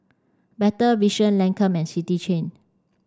Better Vision Lancome and City Chain